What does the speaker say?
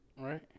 right